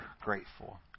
grateful